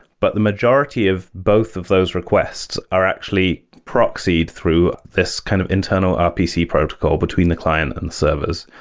but the majority of both of those requests are actually proxied through this kind of internal rpc protocol between the client and the servers.